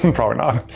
and probably not.